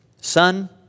son